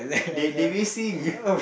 they they racing